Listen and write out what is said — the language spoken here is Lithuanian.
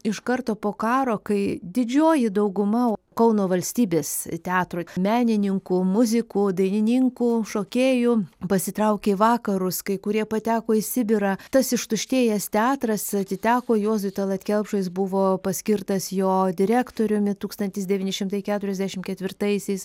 iš karto po karo kai didžioji dauguma kauno valstybės teatro menininkų muzikų dainininkų šokėjų pasitraukė į vakarus kai kurie pateko į sibirą tas ištuštėjęs teatras atiteko juozui talat kelpšai jis buvo paskirtas jo direktoriumi tūkstantis devyni šimtai keturiasdešim ketvirtaisiais